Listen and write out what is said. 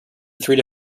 three